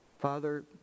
father